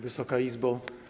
Wysoka Izbo!